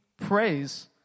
praise